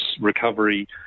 recovery